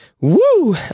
Woo